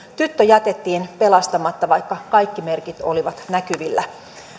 tyttö jätettiin pelastamatta vaikka kaikki merkit olivat näkyvillä